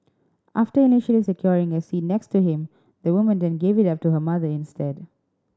after initially securing a seat next to him the woman then gave it up to her mother instead